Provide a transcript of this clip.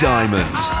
Diamonds